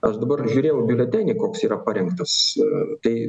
aš dabar žiūrėjau biuletenį koks yra parengtas tai labai įdomu